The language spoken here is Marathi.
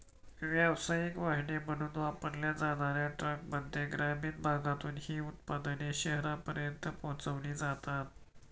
व्यावसायिक वाहने म्हणून वापरल्या जाणार्या ट्रकद्वारे ग्रामीण भागातून ही उत्पादने शहरांपर्यंत पोहोचविली जातात